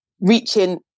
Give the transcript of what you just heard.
reaching